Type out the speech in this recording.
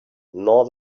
nor